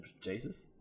Jesus